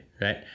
right